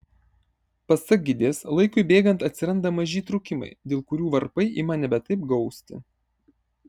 pasak gidės laikui bėgant atsiranda maži įtrūkimai dėl kurių varpai ima nebe taip gausti